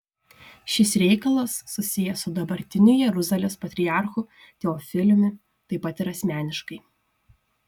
šis reikalas susijęs su dabartiniu jeruzalės patriarchu teofiliumi taip pat ir asmeniškai